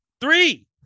Three